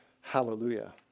Hallelujah